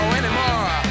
anymore